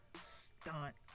stunt